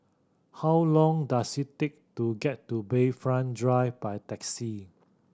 how long does it take to get to Bayfront Drive by taxi